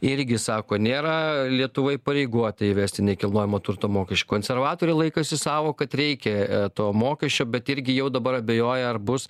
irgi sako nėra lietuva įpareigota įvesti nekilnojamo turto mokesčių konservatoriai laikosi savo kad reikia to mokesčio bet irgi jau dabar abejoja ar bus